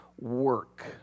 work